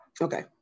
Okay